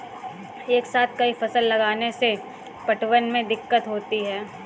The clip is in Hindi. एक साथ कई फसल लगाने से पटवन में दिक्कत होती है